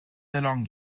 along